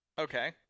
Okay